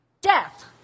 Death